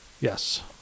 Yes